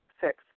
Six